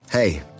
Hey